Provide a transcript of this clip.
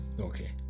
Okay